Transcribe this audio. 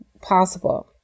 possible